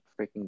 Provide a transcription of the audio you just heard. freaking